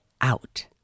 out